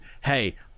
hey